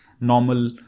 normal